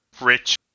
rich